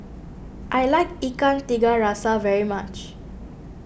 I like Ikan Tiga Rasa very much